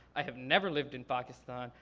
i have never lived in pakistan.